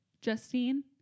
Justine